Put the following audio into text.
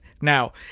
Now